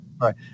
Right